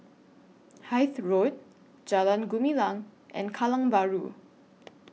Hythe Road Jalan Gumilang and Kallang Bahru